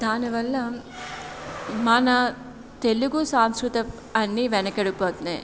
దానివల్ల మన తెలుగు సాంస్కృత అన్నీ వెనకడిపోతున్నాయి